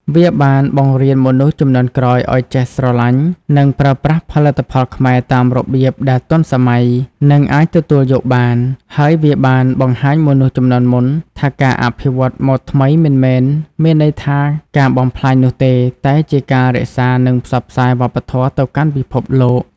វាបានបង្រៀនមនុស្សជំនាន់ក្រោយឲ្យចេះស្រលាញ់ និងប្រើប្រាស់ផលិតផលខ្មែរតាមរបៀបដែលទាន់សម័យ និងអាចទទួលយកបាន ហើយវាបានបង្ហាញមនុស្សជំនាន់មុនថាការអភិវឌ្ឍម៉ូដថ្មីមិនមែនមានន័យថាការបំផ្លាញនោះទេ តែជាការរក្សា និងផ្សព្វផ្សាយវប្បធម៌ទៅកាន់ពិភពលោក។